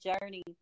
journey